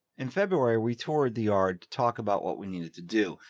in february, we toured the ard talk about what we needed to do.